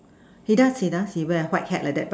he does he does he wear a white hat like that but